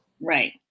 Right